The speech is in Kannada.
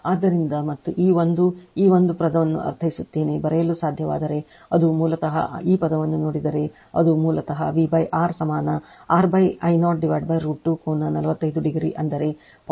ಆದ್ದರಿಂದ ಮತ್ತು ಈ ಒಂದು ಈ ಪದವನ್ನು ಅರ್ಥೈಸುತ್ತೇನೆ ಬರೆಯಲು ಸಾಧ್ಯವಾದರೆ ಅದು ಮೂಲತಃ ಈ ಪದವನ್ನು ನೋಡಿದರೆ ಅದು ಮೂಲತಃ V R ಸಮಾನ R I 0 √ 2 ಕೋನ 45 ಡಿಗ್ರಿ ಅಂದರೆ 0